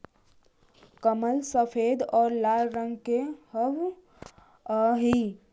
कमल सफेद और लाल रंग के हवअ हई